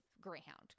Greyhound